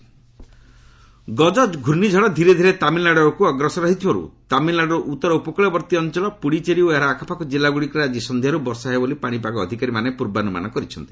cyclone Gaja 'ଗଳ' ପ୍ରର୍ଷ୍ଣିଝଡ଼ ଧୀରେ ଧୀରେ ତାମିଲନାଡୁ ଆଡକୁ ଅଗ୍ରସର ହେଉଥିବାରୁ ତାମିଲନାଡୁର ଉତ୍ତର ଉପକୂଳବର୍ତ୍ତୀ ଅଞ୍ଚଳ ପୁଡିଚେରୀ ଓ ଏହାର ଆଖପାଖ ଜିଲ୍ଲା ଗୁଡ଼ିକରେ ଆଳି ସଂଧ୍ୟାରୁ ବର୍ଷା ହେବ ବୋଲି ପାଣିପାଗ ଅଧିକାରୀ ମାନେ ପୂର୍ବାନୁମାନ କରିଛନ୍ତି